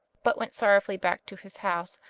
but went sorrowfully back to his house,